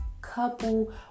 couple